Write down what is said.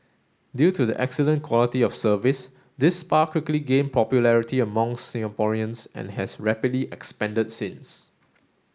due to the excellent quality of service this spa quickly gained popularity amongst Singaporeans and has rapidly expanded since